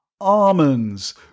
almonds